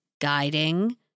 guiding